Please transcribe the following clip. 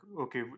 okay